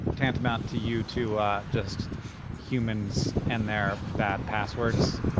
tantamount to you to just humans and their bad passwords?